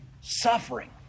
suffering